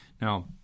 Now